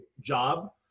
job